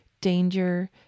danger